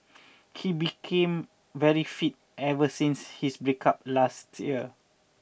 he became very fit ever since his breakup last year